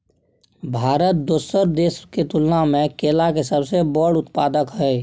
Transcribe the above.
भारत दोसर देश के तुलना में केला के सबसे बड़ उत्पादक हय